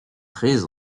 très